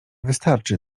wystarczy